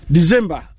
December